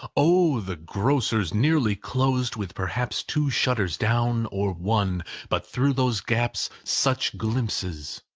oh, the grocers'! nearly closed, with perhaps two shutters down, or one but through those gaps such glimpses!